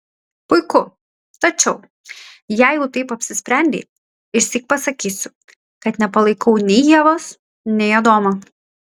puiku tačiau jei jau taip apsisprendei išsyk pasakysiu kad nepalaikau nei ievos nei adomo